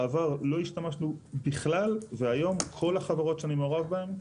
בעבר לא השתמשנו בכלל והיום כל החברות שאני מעורב בהן,